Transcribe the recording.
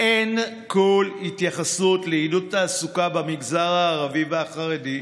אין כל התייחסות לעידוד תעסוקה במגזרים הערבי והחרדי,